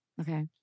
Okay